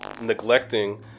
neglecting